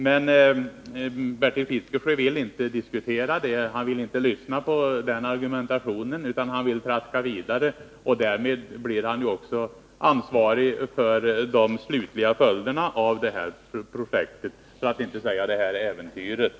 Men Bertil Fiskesjö vill inte diskutera den saken och lyssna till den argumentationen, utan han vill traska vidare. Därmed blir han också ansvarig för de slutliga följderna av det här projektet, för att inte säga det här äventyret.